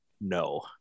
no